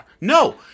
No